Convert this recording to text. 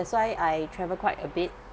that's why I travel quite a bit